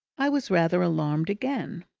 i was rather alarmed again.